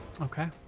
Okay